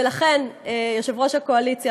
ולכן יושב-ראש הקואליציה,